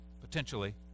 potentially